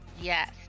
Yes